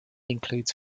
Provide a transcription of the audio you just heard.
includes